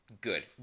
Good